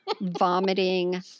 vomiting